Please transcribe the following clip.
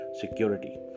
security